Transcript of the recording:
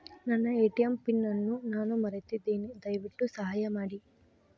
ನನ್ನ ATM PIN ಅನ್ನು ನಾನು ಮರೆತಿದ್ದೇನೆ, ದಯವಿಟ್ಟು ಸಹಾಯ ಮಾಡಿ